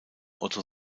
otto